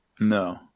No